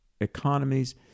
economies